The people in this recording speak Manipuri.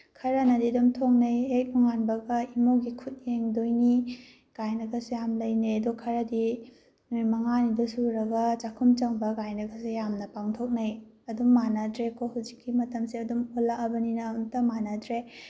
ꯈꯔꯅꯗꯤ ꯑꯗꯨꯝ ꯊꯣꯡꯅꯩ ꯍꯦꯛ ꯅꯣꯉꯥꯟꯕꯒ ꯏꯃꯧꯒꯤ ꯈꯨꯠ ꯌꯦꯡꯗꯣꯏꯅꯤ ꯀꯥꯏꯅꯒꯁꯨ ꯌꯥꯝ ꯂꯩꯅꯩ ꯑꯗꯨ ꯈꯔꯗꯤ ꯅꯨꯃꯤꯠ ꯃꯉꯥꯅꯤꯗꯨ ꯁꯨꯔꯒ ꯆꯥꯛꯈꯨꯝ ꯆꯪꯕ ꯀꯥꯏꯅꯒꯁꯨ ꯌꯥꯝꯅ ꯄꯥꯡꯊꯣꯛꯅꯩ ꯑꯗꯨꯝ ꯃꯥꯟꯅꯗ꯭ꯔꯦꯀꯣ ꯍꯧꯖꯤꯛꯀꯤ ꯃꯇꯝꯁꯦ ꯑꯗꯨꯝ ꯑꯣꯜꯂꯛꯑꯕꯅꯤꯅ ꯑꯝꯇ ꯃꯥꯟꯅꯗ꯭ꯔꯦ